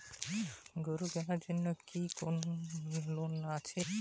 গরু কেনার জন্য কি কোন লোন আছে?